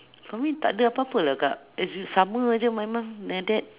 for me takde apa apa lah kak as in sama jer my mum like that